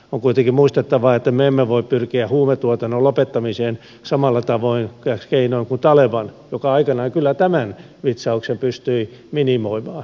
on kuitenkin muistettava että me emme voi pyrkiä huumetuotannon lopettamiseen samalla keinoin kuin taleban joka aikanaan kyllä tämän vitsauksen pystyi minimoimaan